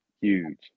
huge